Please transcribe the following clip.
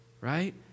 right